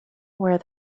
where